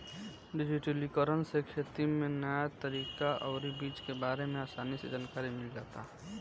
डिजिटलीकरण से खेती में न्या तकनीक अउरी बीज के बारे में आसानी से जानकारी मिल जाता